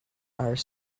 are